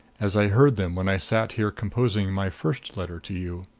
as i heard them when i sat here composing my first letter to you.